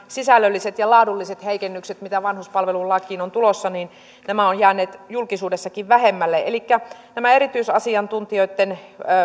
sisällölliset ja laadulliset heikennykset mitä vanhuspalvelulakiin on tulossa ovat jääneet julkisuudessakin vähemmälle nämä erityisasiantuntijoitten